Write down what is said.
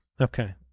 Okay